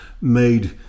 made